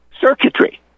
circuitry